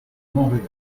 montréal